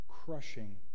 Crushing